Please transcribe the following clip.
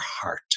heart